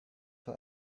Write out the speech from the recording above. for